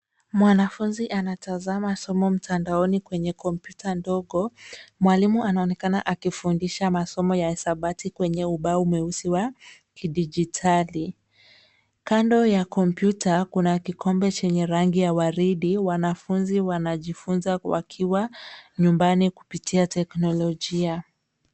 Mwanafunzi anatazama somo mtandaoni kwenye kompyuta ndogo, mwalimu anaonekana akifundisha masomo ya hisabati kwenye ubao mweusi wa kidijitali. Kando ya kompyuta, kuna kikombe chenye rangi ya waridi. Wanafunzi wanajifunza wakiwa nyumbani kupitia teknolojia.